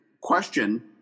question